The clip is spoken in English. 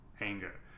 anger